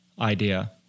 idea